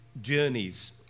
journeys